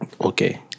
Okay